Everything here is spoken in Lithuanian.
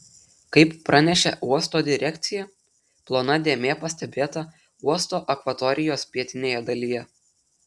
kaip pranešė uosto direkcija plona dėmė pastebėta uosto akvatorijos pietinėje dalyje